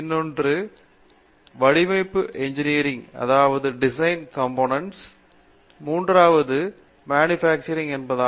மற்றொன்று பொருட்களின் வடிவமைப்பு என்று அழைக்கப்படுகிறது மூன்றாவது உற்பத்தி என்பதாகும்